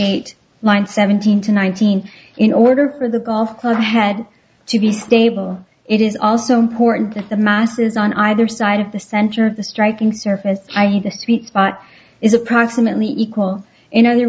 eight line seventeen to nineteen in order for the golf club head to be stable it is also important that the masses on either side of the center of the striking surface i had this thought is approximately equal in othe